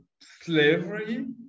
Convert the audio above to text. slavery